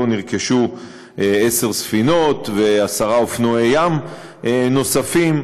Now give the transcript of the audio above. נרכשו עשר ספינות ועשרה אופנועי ים נוספים,